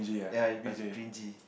ya if it's cringy